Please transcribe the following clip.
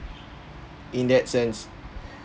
in that sense